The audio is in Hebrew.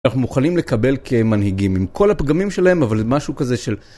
אנחנו מוכנים לקבל כמנהיגים עם כל הפגמים שלהם, אבל משהו כזה של...